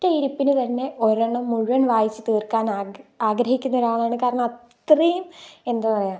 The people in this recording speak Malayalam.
ഒറ്റയിരുപ്പിന് തന്നെ ഒരെണ്ണം മുഴുവൻ വായിച്ച് തീർക്കാൻ ആഗ്രഹിക്കുന്ന ഒരാളാണ് കാരണം അത്രയും എന്താ